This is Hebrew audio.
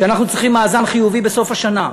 שאנחנו צריכים מאזן חיובי בסוף השנה.